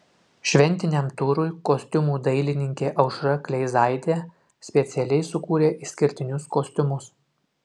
šventiniam turui kostiumų dailininkė aušra kleizaitė specialiai sukūrė išskirtinius kostiumus